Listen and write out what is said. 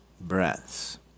breaths